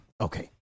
Okay